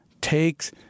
takes